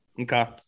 Okay